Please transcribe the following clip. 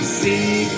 see